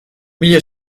mila